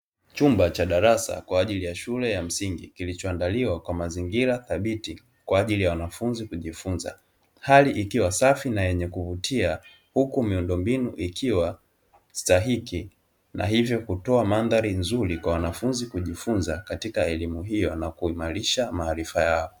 Chumba cha darasa kwa ajili ya shule ya msingi, kilichoandaliwa kwa mazingira thabiti kwa ajili ya wanafunzi kujifunza, hali ikiwa safi na yenye kuvutia huku miundombinu ikiwa stahiki na hivyo kutoa mandhari nzuri kwa wanafunzi kujifunza katika elimu hiyo na kuimarisha maarifa yao.